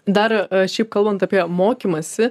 dar šiaip kalbant apie mokymąsi